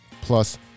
Plus